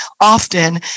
often